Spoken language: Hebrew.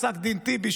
בפסק דין טיבי,